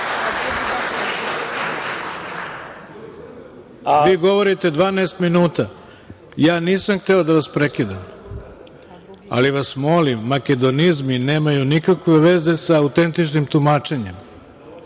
govorite 12 minuta, ja nisam hteo da vas prekidam. Molim vas, makedonizmi nemaju nikakve veze sa autentičnim tumačenjem.